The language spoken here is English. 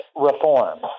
reform